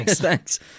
thanks